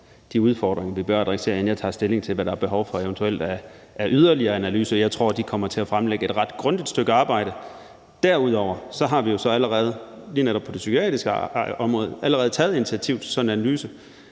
som udfordringer, vi bør adressere, inden jeg tager stilling til, hvad der er behov for eventuelt af yderligere analyser. Jeg tror, de kommer til at fremlægge et ret grundigt stykke arbejde. Derudover har vi jo så allerede lige netop på det psykiatriske